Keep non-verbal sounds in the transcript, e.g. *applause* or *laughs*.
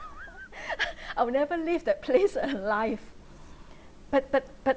*laughs* I will never leave that place alive but but but